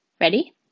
Ready